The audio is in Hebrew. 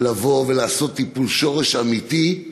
לעשות טיפול שורש אמיתי.